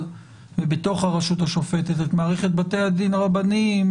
ובתוך הרשות השופטת את מערכת בתי הדין הרבניים,